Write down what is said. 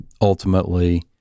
Ultimately